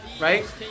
Right